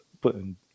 putting